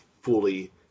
fully